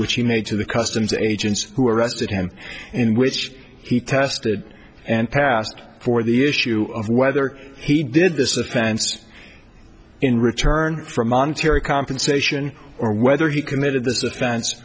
which he made to the customs agents who arrested him in which he tested and passed for the issue of whether he did this offense in return for monetary compensation or whether he committed this offen